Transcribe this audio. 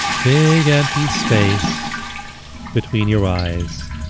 big empty space between your eyes.